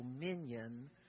dominion